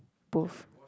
both